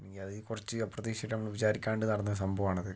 എനിക്കതീ കുറച്ച് അപ്രതീക്ഷിതമായിട്ട് വിചാരിക്കാണ്ട് നടന്ന സംഭവമാണത്